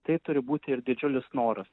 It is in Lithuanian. tai turi būti ir didžiulis noras